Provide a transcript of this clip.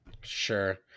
Sure